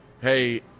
hey